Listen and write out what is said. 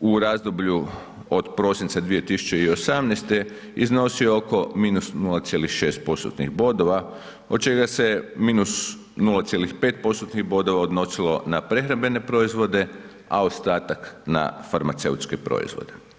u razdoblju od prosinca 2018. iznosio oko -0,6%-tnih bodova, od čega se -0,5%-tnih bodova odnosilo na prehrambene proizvode, a ostatak na farmaceutske proizvode.